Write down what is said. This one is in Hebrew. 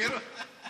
נגמרו לי הנאומים.